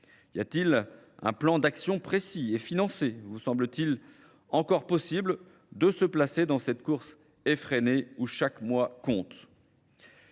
Y a-t-il un plan d'action précis et financé, vous semble-t-il encore possible, de se placer dans cette course effrénée où chaque mois compte ?